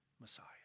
Messiah